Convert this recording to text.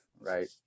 right